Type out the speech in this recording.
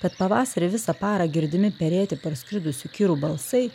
kad pavasarį visą parą girdimi perėti parskridusių kirų balsai